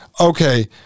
okay